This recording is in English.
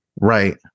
Right